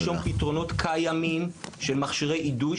יש יתרונות קיימים של מכשירים אידוי,